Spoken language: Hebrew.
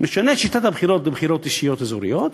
נשנה את שיטת הבחירות לבחירות אישיות אזוריות,